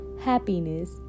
happiness